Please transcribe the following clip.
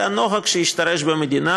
וזה הנוהג שהשתרש במדינה.